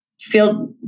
feel